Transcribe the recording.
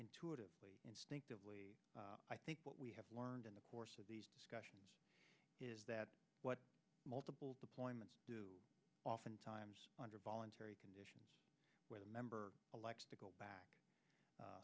intuitively instinctively i think what we have learned in the course of these discussions is that what multiple deployments do oftentimes under voluntary conditions where the member likes to go back